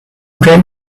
trying